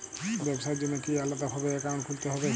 ব্যাবসার জন্য কি আলাদা ভাবে অ্যাকাউন্ট খুলতে হবে?